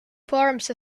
forms